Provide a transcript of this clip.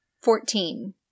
Fourteen